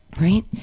right